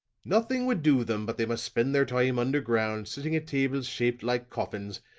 nothing would do them, but they must spend their time underground, sitting at tables shaped like coffins,